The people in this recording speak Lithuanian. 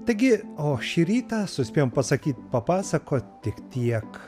taigi o šį rytą suspėjom pasakyt papasakot tik tiek